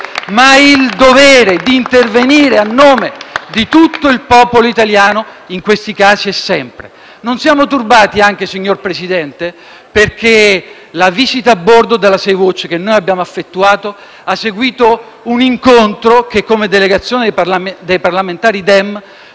ma il dovere di intervenire a nome di tutto il popolo italiano in questi casi e sempre. Non siamo turbati anche, signor Presidente, perché la visita a bordo della Sea-Watch 3 che abbiamo effettuato ha seguito un incontro che, come delegazione dei parlamentari del